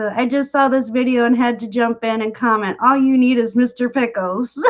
i just saw this video and had to jump in and comment. all you need is mr. pickle's like